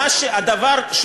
לא לא לא, לא באופן אישי.